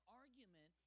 argument